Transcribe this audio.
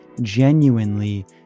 genuinely